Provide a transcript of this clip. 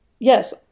Yes